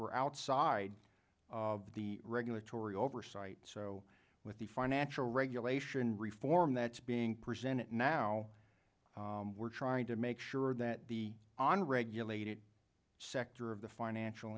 were outside of the regulatory oversight so with the financial regulation reform that's being presented now we're trying to make sure that the on regulated sector of the financial